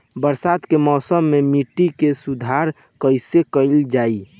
बरसात के मौसम में मिट्टी के सुधार कईसे कईल जाई?